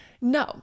No